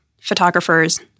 photographers